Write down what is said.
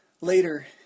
Later